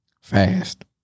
fast